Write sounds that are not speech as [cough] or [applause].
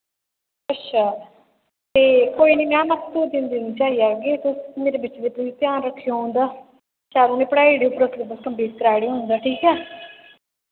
अच्छा ते कोई नी मैम अस दो तिन दिन च आई जागे तुस मेरे बच्चे [unintelligible] ध्यान रक्खेओ उं'दा [unintelligible] पढ़ाई ओड़ेओ पूरा सिलेबस कम्पलीट कराइड़ेओ उं'दा ठीक ऐ